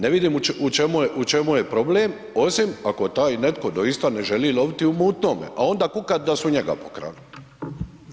Ne vidim u čemu je problem osim ako taj netko doista ne želi loviti u mutnome a onda kuka da su njega pokrali.